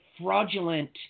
fraudulent